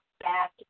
back